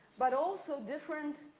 but also different,